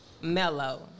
mellow